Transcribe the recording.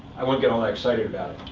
i wouldn't get all that excited about it.